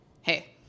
Hey